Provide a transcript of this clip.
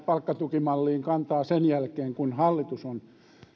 palkkatukimalliin kantaa sen jälkeen kun hallitus on